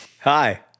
Hi